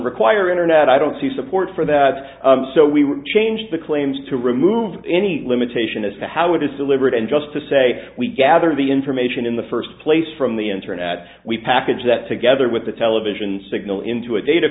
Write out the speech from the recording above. require internet i don't see support for that so we would change the claims to remove any limitation as to how it is delivered and just to say we gather the information in the first place from the internet we package that together with the television signal into a da